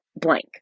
blank